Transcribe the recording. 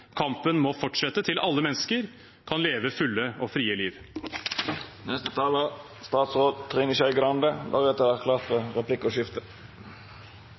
Kampen må fortsette til alle mennesker kan leve et fullt og fritt liv. Det er